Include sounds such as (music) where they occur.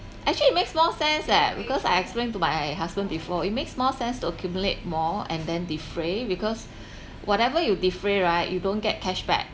actually it makes more sense eh because I explain to my husband before it makes more sense to accumulate more and then defray because (breath) whatever you defray right you don't get cashback